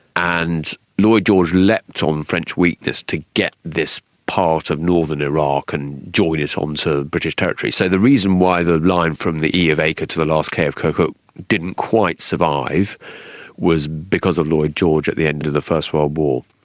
and lloyd george leapt on french weakness to get this part of northern iraq and join it onto british territory. so the reason why the line from the e of acre to the last k of kirkuk didn't quite survive was because of lloyd george at the end of the first world war.